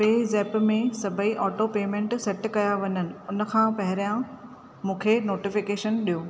पेज़ेप्प में सभेई auto payment set कया वञनि उन खां पहिरियां मूंखे नोटिफिकेशन ॾियो